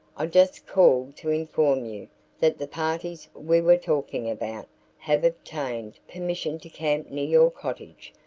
i just called to inform you that the parties we were talking about have obtained permission to camp near your cottage.